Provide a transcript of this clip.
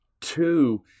Two